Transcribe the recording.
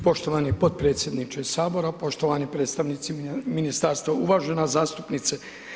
Poštovani potpredsjedniče Sabora, poštovani predstavnici ministarstva, uvažena zastupnice.